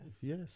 yes